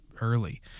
early